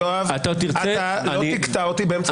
יואב, אתה לא תקטע אותי באמצע משפט.